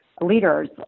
leaders